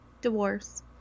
divorce